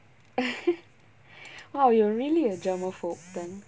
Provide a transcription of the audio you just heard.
!wow! you're really a germaphobe then